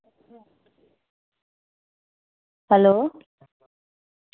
hello